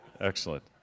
excellent